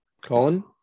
Colin